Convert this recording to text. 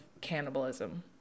cannibalism